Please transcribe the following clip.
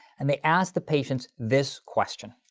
and they asked the patients this question.